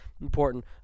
important